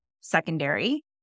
secondary